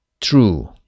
true